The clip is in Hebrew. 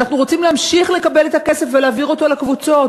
אנחנו רוצים להמשיך לקבל את הכסף ולהעביר אותו לקבוצות.